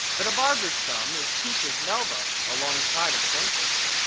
but a barber's thumb is peaches melba alongside of a dentist's.